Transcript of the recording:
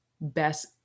best